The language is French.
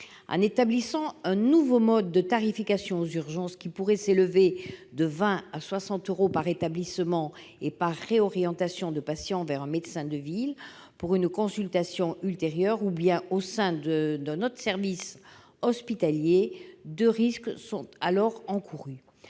en établissant un nouveau mode de tarification aux urgences, qui pourrait s'élever de 20 à 60 euros par établissement et par réorientation de patient vers un médecin de ville pour une consultation ultérieure ou bien au sein d'un autre service hospitalier, deux risques sont encourus.